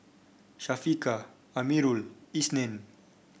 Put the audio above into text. Syafiqah Amirul Isnin